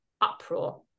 uproar